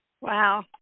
Wow